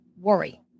worry